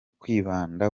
kwibanda